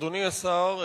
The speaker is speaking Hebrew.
אדוני השר,